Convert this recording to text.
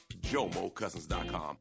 JomoCousins.com